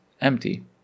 empty